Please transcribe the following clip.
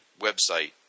website